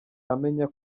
amenya